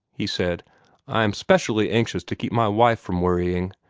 he said i am specially anxious to keep my wife from worrying.